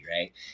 right